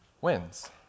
wins